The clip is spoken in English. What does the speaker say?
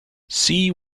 see